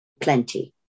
plenty